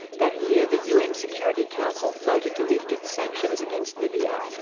that year, the un security council voted to lift its sanctions against libya,